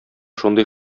шундый